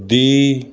ਦੀ